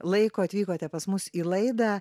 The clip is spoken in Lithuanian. laiko atvykote pas mus į laidą